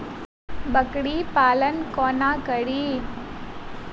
बकरी पालन कोना करि?